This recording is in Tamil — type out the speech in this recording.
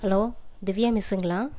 ஹலோ திவ்யா மெஸ்ஸுங்களா